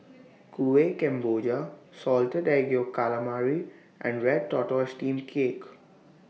Kueh Kemboja Salted Egg Yolk Calamari and Red Tortoise Steamed Cake